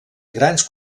grans